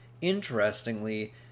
Interestingly